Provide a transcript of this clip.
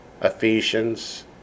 Ephesians